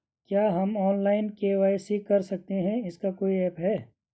क्या हम online KYC कर सकते हैं इसका कोई ऐप है?